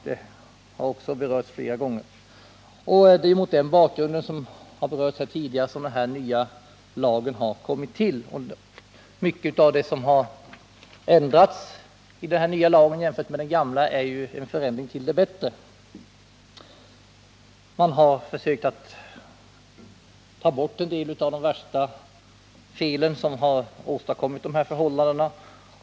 Detta förhållande har berörts flera gånger. Det är mot denna bakgrund som detta lagförslag har kommit till. Många av ändringarna i den nya lagen innebär en förändring till det bättre. Det är positivt att man ur lagen har försökt ta bort en del av de värsta fel som har åstadkommit de tidigare missförhållandena.